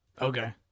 Okay